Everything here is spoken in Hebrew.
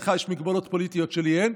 לך יש מגבלות פוליטיות שלי אין,